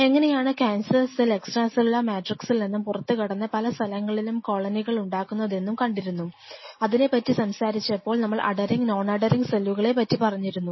എങ്ങനെയാണ് cancer cell extra cellular മാട്രിക്സ്സിൽ നിന്നും പുറത്തു കടന്ന് പല സ്ഥലങ്ങളിലും കോളനികൾ ഉണ്ടാകുന്നതെന്നും കണ്ടിരുന്നു അതിനെ പറ്റി സംസാരിച്ചപ്പോൾ നമ്മൾ അധെറിങ് നോൺ അധെറിങ് സെല്ലുകളെ പറ്റി പറഞ്ഞിരുന്നു